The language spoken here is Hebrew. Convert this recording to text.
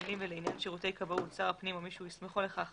המילים "ולעניין שירותי כבאות שר הפנים או מי שהוא הסמיכו לכך